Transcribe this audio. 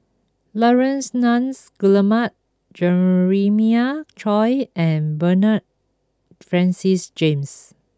Laurence Nunns Guillemard Jeremiah Choy and Bernard Francis James